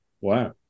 Wow